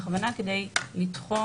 בכוונה כדי לתחום.